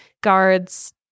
guards